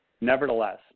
Nevertheless